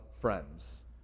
friends